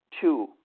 Two